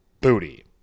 Booty